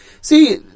See